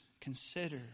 consider